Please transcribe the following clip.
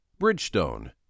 Bridgestone